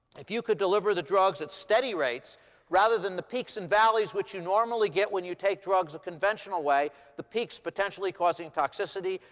if you could deliver the drugs at steady rates rather than the peaks and valleys which you normally get when you take drugs the conventional way the peaks potentially causing toxicity,